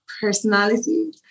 personality